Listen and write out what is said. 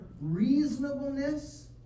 reasonableness